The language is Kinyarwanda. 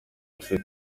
afite